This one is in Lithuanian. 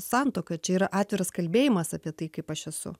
santuoka čia yra atviras kalbėjimas apie tai kaip aš esu